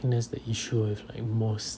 think that's the issue with like most